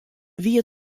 wie